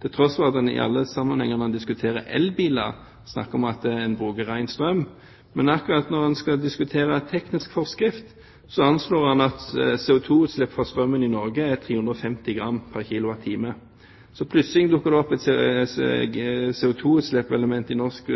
til tross for at en i alle sammenhenger når en diskuterer elbiler, snakker om at en bruker ren strøm. Men akkurat når en skal diskutere teknisk forskrift, anslår en at CO2-utslipp fra strømmen i Norge er på 350 g/kWh. Så plutselig dukker det opp et CO2-utslippselement i norsk